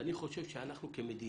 ואני חושב שמדינה